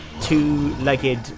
two-legged